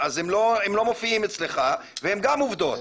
הם לא מופיעים אצלך והן גם עובדות,